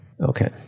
Okay